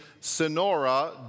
Sonora